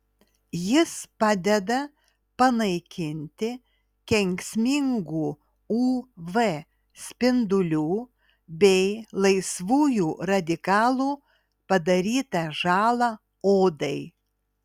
jis padeda panaikinti kenksmingų uv spindulių bei laisvųjų radikalų padarytą žalą odai